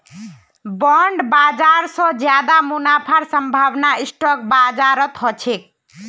bond बाजार स ज्यादा मुनाफार संभावना स्टॉक बाजारत ह छेक